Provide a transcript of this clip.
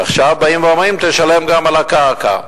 ועכשיו באים ואומרים: תשלם גם על הקרקע.